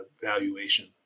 valuation